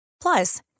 Plus